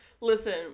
Listen